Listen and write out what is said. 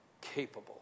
capable